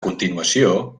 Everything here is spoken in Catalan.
continuació